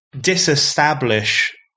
disestablish